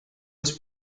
was